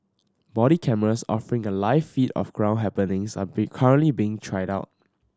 body cameras offering a live feed of ground happenings are be currently being tried out